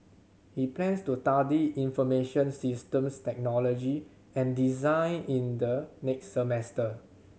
he plans to study information systems technology and design in the next semester